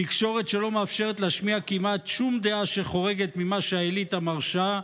תקשורת שלא מאפשרת להשמיע כמעט שום דעה שחורגת ממה שהאליטה מרשה,